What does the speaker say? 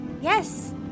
yes